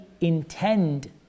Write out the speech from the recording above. intend